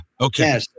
Okay